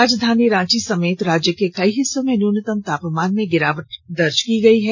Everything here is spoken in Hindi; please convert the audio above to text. राजधानी रांची समेत राज्य के कई हिस्सों में न्यूनतम तापमान में गिरावट दर्ज की गई है